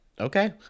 okay